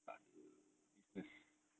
takde business